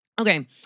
Okay